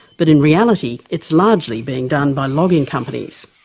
but in reality it's largely being done by logging companies.